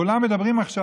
כולם מדברים עכשיו,